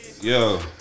Yo